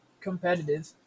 competitive